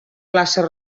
places